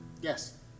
Yes